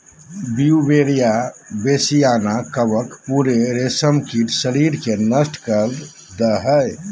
Beauveria bassiana कवक पूरे रेशमकीट शरीर के नष्ट कर दे हइ